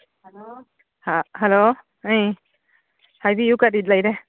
hello ꯍꯥ hello ꯍꯥꯏꯕꯤꯌꯨ ꯀꯔꯤ ꯂꯩꯔꯦ